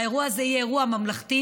האירוע הזה יהיה אירוע ממלכתי,